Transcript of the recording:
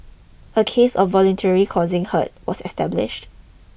a case of voluntary causing hurt was established